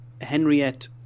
Henriette